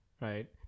right